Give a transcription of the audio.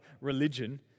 religion